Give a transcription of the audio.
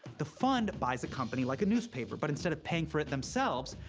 the fund buys a company like a newspaper, but instead of paying for it themselves,